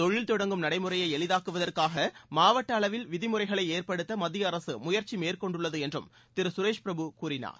தொழில் தொடங்கும் நடைமுறையை எளிதாக்குவதற்காக மாவட்ட அளவில் விதிமுறைகளை ஏற்படுத்த மத்திய அரசு முயற்சி மேற்கொண்டுள்ளது என்றும் திரு சுரேஷ் பிரபு கூறினார்